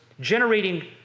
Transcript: generating